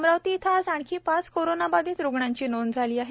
अमरावती येथे आज आणखी पाच कोरोनाबधित रुग्णांची नोंद झाली आहे